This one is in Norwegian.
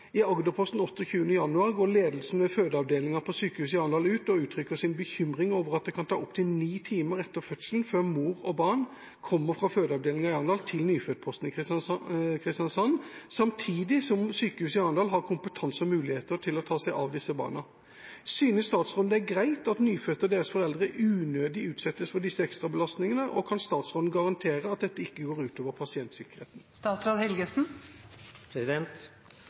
I Agderposten 28. januar går ledelsen ved fødeavdelingen på sykehuset i Arendal ut og uttrykker sin bekymring over at det kan ta opptil ni timer etter fødselen før mor og barn kommer fra fødeavdelingen i Arendal til nyfødtposten i Kristiansand, samtidig som sykehuset i Arendal har kompetanse og muligheter til å ta seg av disse barna. Synes statsråden det er greit at nyfødte og deres foreldre unødig utsettes for disse ekstrabelastningene, og kan statsråden garantere at dette ikke går